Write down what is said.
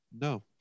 No